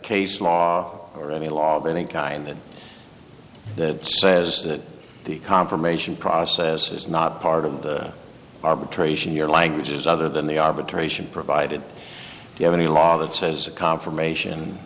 case law or any law of any kind that says that the confirmation process is not part of the arbitration you're languages other than the arbitration provided you have any law that says a confirmation